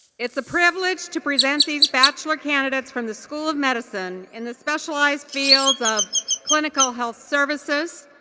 it's a privilege to present these bachelor candidates from the school of medicine in the specialized fields of clinical health services,